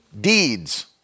deeds